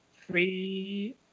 three